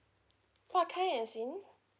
what kind as in